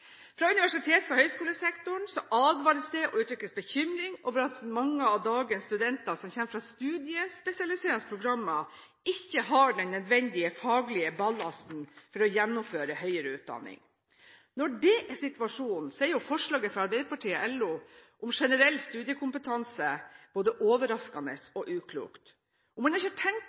Fra universitets- og høyskolesektoren advares det om og uttrykkes det bekymring over at mange av dagens studenter som kommer fra studiespesialiseringsprogrammer, ikke har den nødvendige faglige ballasten for å kunne gjennomføre høyere utdanning. Når dette er situasjonen, er forslaget fra Arbeiderpartiet og LO om generell studiekompetanse både overraskende og uklokt. Om man ikke har tenkt